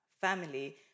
family